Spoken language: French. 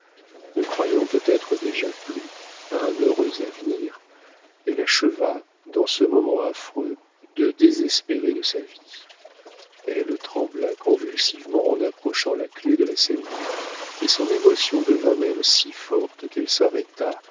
ne croyant peut-être déjà plus à un heureux avenir elle acheva dans ce moment affreux de désespérer de sa vie elle trembla convulsivement en approchant la clef de la serrure et son émotion devint même si forte qu'elle s'arrêta